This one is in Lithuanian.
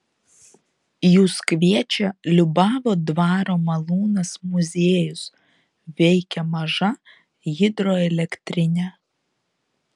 jus kviečia liubavo dvaro malūnas muziejus veikia maža hidroelektrinė